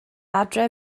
adre